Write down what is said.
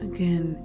Again